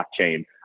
blockchain